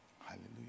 Hallelujah